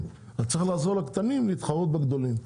אז צריך לעזור לקטנים להתחרות בגדולים.